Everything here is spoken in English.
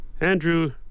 Andrew